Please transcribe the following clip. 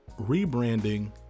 rebranding